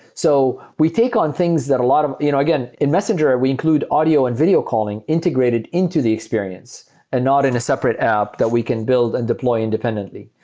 so we take on things that a lot of you know again, in messenger, we include audio and video calling integrated into the experience and not in a separate app that we can build and deploy independently.